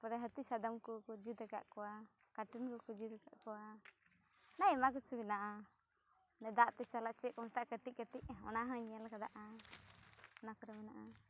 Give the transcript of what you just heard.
ᱛᱟᱨᱯᱚᱨᱮ ᱦᱟᱹᱛᱤ ᱥᱟᱫᱚᱢ ᱠᱚᱠᱚ ᱡᱩᱛ ᱟᱠᱟᱫ ᱠᱚᱣᱟ ᱠᱟᱴᱩᱱ ᱠᱚᱠᱚ ᱡᱩᱛ ᱟᱠᱟᱫ ᱠᱚᱣᱟ ᱟᱭᱢᱟ ᱠᱤᱪᱷᱩ ᱦᱮᱱᱟᱜᱼᱟ ᱫᱟᱜᱛᱮ ᱪᱟᱞᱟᱜ ᱪᱮᱫᱠᱚ ᱢᱮᱛᱟᱜᱼᱟ ᱠᱟᱹᱴᱤᱡ ᱠᱟᱹᱴᱤᱡ ᱚᱱᱟᱦᱚᱸᱧ ᱧᱮᱞ ᱟᱠᱟᱫᱟᱜᱼᱟ ᱚᱱᱟᱠᱚ ᱦᱮᱱᱟᱜᱼᱟ